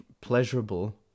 pleasurable